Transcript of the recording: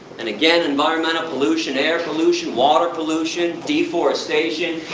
and again, environmental pollution, air pollution, water pollution, deforestation,